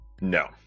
No